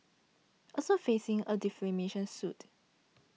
also facing a defamation suit